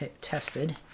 tested